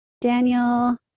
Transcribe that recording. Daniel